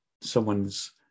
someone's